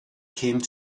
came